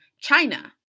China